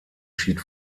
schied